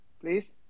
please